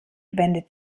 wendet